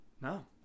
No